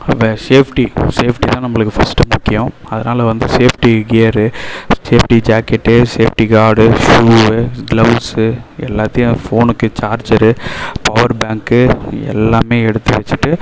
நம்ப safety safety தான் நம்பளுக்கு ஃபர்ஸ்ட்டு முக்கியம் அதனால் வந்து safety gear safety jacket safety guard shoe gloves எல்லாத்தையும் ஏன் ஃபோனுக்கு சார்ஜரு பவர் பேங்க்கு எல்லாமே எடுத்து வச்சிகிட்டு